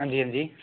हां जी हां जी